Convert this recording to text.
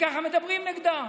וככה מדברים נגדם.